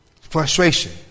Frustration